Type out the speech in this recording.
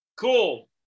cool